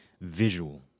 visual